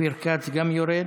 אופיר כץ גם יורד.